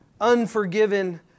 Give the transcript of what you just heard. unforgiven